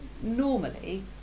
normally